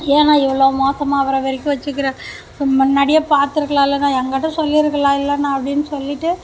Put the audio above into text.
ஏண்ணா இவ்வளோ மோசமாகிற வரைக்கும் வச்சிருக்கிற முன்னாடியே பாத்திருக்கலாம்லண்ணா என்கிட்ட சொல்லிருக்கலாம்லண்ணா அப்படின்னு சொல்லிவிட்டு